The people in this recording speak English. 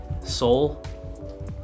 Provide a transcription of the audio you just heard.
Soul